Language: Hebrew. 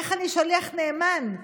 איך אני שליח נאמן.